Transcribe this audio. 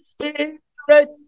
Spirit